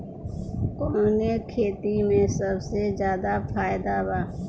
कवने खेती में सबसे ज्यादा फायदा बा?